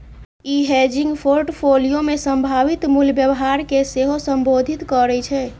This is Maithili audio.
ई हेजिंग फोर्टफोलियो मे संभावित मूल्य व्यवहार कें सेहो संबोधित करै छै